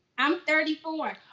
i'm thirty four.